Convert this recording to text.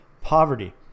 poverty